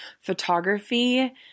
photography